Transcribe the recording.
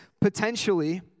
potentially